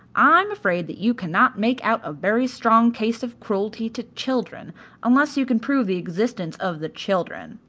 i am afraid that you cannot make out a very strong case of cruelty to children unless you can prove the existence of the children.